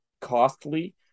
costly